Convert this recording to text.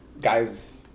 Guys